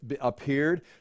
appeared